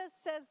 says